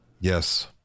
Yes